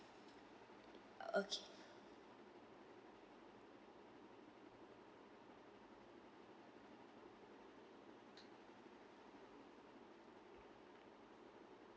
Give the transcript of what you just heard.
okay